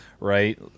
right